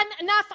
enough